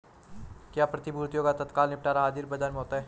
क्या प्रतिभूतियों का तत्काल निपटान हाज़िर बाजार में होता है?